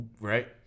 right